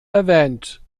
erwähnt